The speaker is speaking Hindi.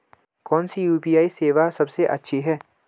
कौन सी यू.पी.आई सेवा सबसे अच्छी है?